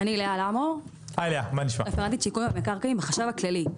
אני רפרנטית שיכון ומקרקעין, החשב הכללי.